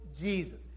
Jesus